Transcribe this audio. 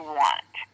want